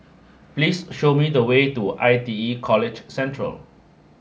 please show me the way to I T E College Central